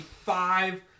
five